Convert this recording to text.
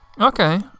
Okay